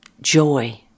joy